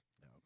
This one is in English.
No